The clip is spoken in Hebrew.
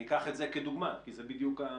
אני אקח את זה כדוגמה, כי זה בדיוק הנושא.